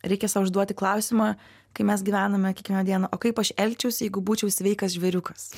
reikia sau užduoti klausimą kai mes gyvename kiekvieną dieną o kaip aš elgčiausi jeigu būčiau sveikas žvėriukas